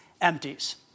empties